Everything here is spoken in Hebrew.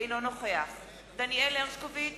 אינו נוכח דניאל הרשקוביץ,